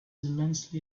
immensely